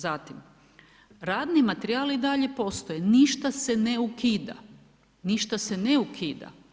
Zatim, radni materijali i dalje postoje, ništa se ne ukida, ništa se ne ukida.